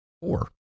four